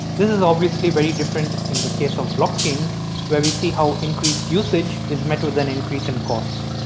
this is obviously very different in the case of blockchains where we see how increased usage is met with an increase in cost.